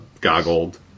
goggled